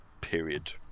period